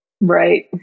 Right